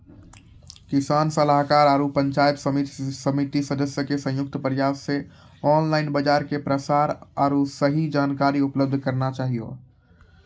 किसान सलाहाकार आरु पंचायत समिति सदस्य के संयुक्त प्रयास से ऑनलाइन बाजार के प्रसार आरु सही जानकारी उपलब्ध करना चाहियो?